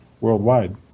worldwide